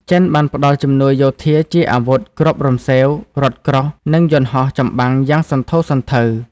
ចិនបានផ្ដល់ជំនួយយោធាជាអាវុធ គ្រាប់រំសេវ រថក្រោះ និងយន្តហោះចម្បាំងយ៉ាងសន្ធោសន្ធៅ។